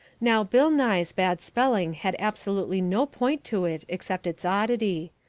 now bill nye's bad spelling had absolutely no point to it except its oddity.